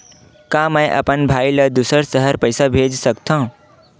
का मैं अपन भाई ल दुसर शहर पईसा भेज सकथव?